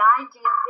idea